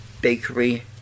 bakery